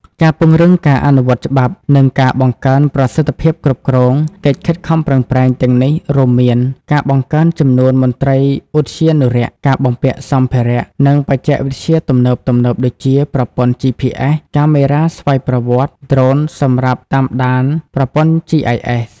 ការពង្រឹងការអនុវត្តច្បាប់ និងការបង្កើនប្រសិទ្ធភាពគ្រប់គ្រង កិច្ចខិតខំប្រឹងប្រែងទាំងនេះរួមមាន ការបង្កើនចំនួនមន្ត្រីឧទ្យានុរក្ស ការបំពាក់សម្ភារៈ និងបច្ចេកវិទ្យាទំនើបៗដូចជា ប្រព័ន្ធ GPS កាមេរ៉ាស្វ័យប្រវត្តិ ដ្រូនសម្រាប់តាមដាន ប្រព័ន្ធ GIS។